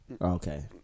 okay